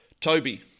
Toby